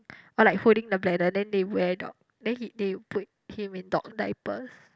oh like holding the bladder then they wear dog then he they put him in dog diapers